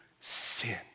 sin